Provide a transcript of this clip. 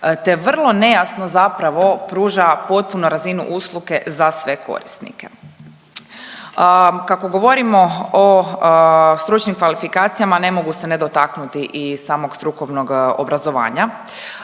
te vrlo nejasno zapravo pruža potpunu razinu usluge za sve korisnike. Kako govorimo o stručnim kvalifikacijama ne mogu se ne dotaknuti i samog strukovnog obrazovanja.